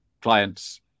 clients